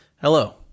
Hello